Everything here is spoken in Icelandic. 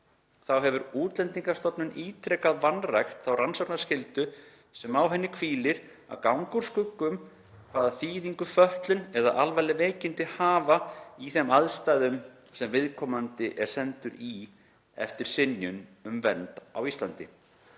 Þá hefur Útlendingastofnun ítrekað vanrækt þá rannsóknarskyldu sem á henni hvílir að ganga úr skugga um hvaða þýðingu fötlun eða alvarleg veikindi hafa í þeim aðstæðum sem viðkomandi er sendur í eftir synjun um vernd á Íslandi.